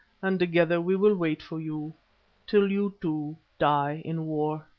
and together we will wait for you till you, too, die in war!